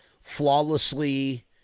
flawlessly